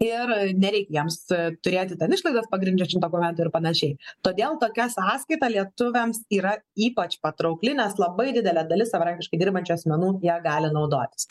ir nereik jiems turėti ten išlaidas pagrindžiančių dokumentų ir panašiai todėl tokia sąskaita lietuviams yra ypač patraukli nes labai didelė dalis savarankiškai dirbančių asmenų ja gali naudotis